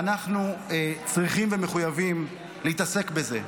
אנחנו צריכים ומחויבים להתעסק בזה.